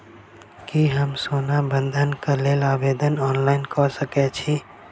की हम सोना बंधन कऽ लेल आवेदन ऑनलाइन कऽ सकै छी?